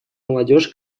молодежь